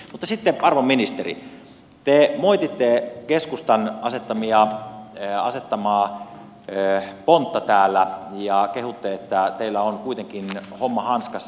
mutta sitten arvon ministeri te moititte keskustan asettamaa pontta täällä ja kehutte että teillä on kuitenkin homma hanskassa